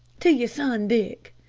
to your son dick.